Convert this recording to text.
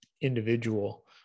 individual